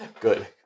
Good